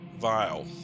vile